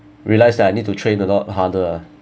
realise that I need to train a lot harder ah